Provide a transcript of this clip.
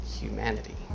humanity